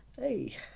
Hey